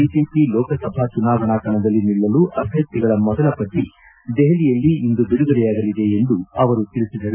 BJP ಲೋಕಸಭಾ ಚುಣಾವಣಾ ಕಣದಲ್ಲಿ ನಿಲ್ಲಲು ಅಭ್ಯರ್ಥಿಗಳ ಮೊದಲ ಪಟ್ಟ ದೆಹಲಿಯಲ್ಲಿಂದು ಬಿಡುಗಡೆಯಾಗಲಿದೆ ಎಂದು ಅವರು ತಿಳಿಸಿದರು